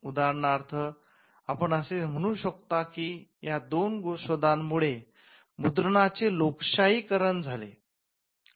उदाहरणार्थ आपण असे म्हणू शकता की या दोन शोधांमुळे मुद्रणांचे लोकशाही करण झाले